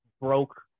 broke